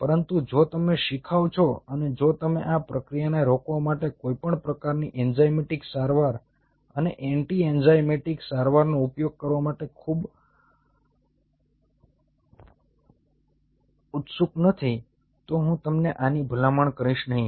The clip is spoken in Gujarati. પરંતુ જો તમે શિખાઉ છો અને જો તમે આ પ્રક્રિયાને રોકવા માટે કોઈપણ પ્રકારની એન્ઝાઇમેટિક સારવાર અને એન્ટી એન્ઝાઇમેટિક સારવારનો ઉપયોગ કરવા માટે ખૂબ ઉત્સુક નથી તો હું તમને આની ભલામણ કરીશ નહીં